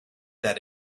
that